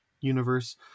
universe